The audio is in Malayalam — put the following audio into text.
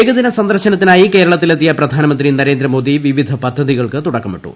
ഏകദിന സന്ദർശനത്തിനായി കേരളത്തിലെത്തിയ പ്രധാനമന്ത്രി നരേന്ദ്രമോദി വിവിധ പദ്ധതികൾക്ക് തുടക്കമിട്ടു